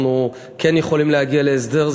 אנחנו כן יכולים להגיע להסדר.